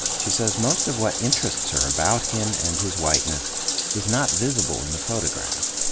she says most of what interests her about him and his whiteness is not visible in the photograph.